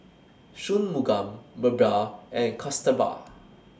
Shunmugam Birbal and Kasturba